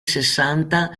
sessanta